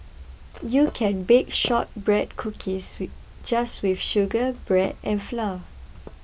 you can bake Shortbread Cookies just with sugar butter and flour